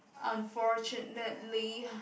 unfortunately